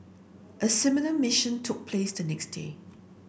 a similar mission took place the next day